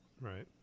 right